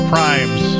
Primes